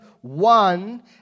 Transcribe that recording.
one